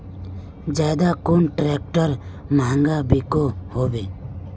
ज्यादा कुन ट्रैक्टर महंगा बिको होबे?